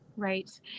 Right